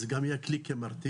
זה גם יהיה כלי כמרתיע.